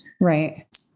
right